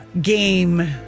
game